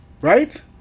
right